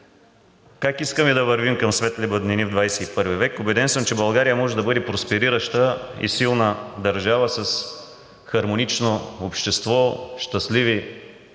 Как искаме да вървим към светли бъднини в XXI век? Убеден съм, че България може да бъде просперираща и силна държава с хармонично общество, щастливи